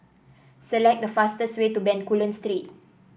select the fastest way to Bencoolen Street